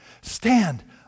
Stand